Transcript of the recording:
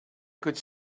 could